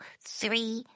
three